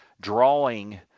drawing